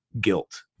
guilt